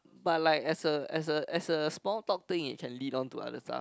but like as a as a as a small talk thing it can lead on to other stuff